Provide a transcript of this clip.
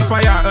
fire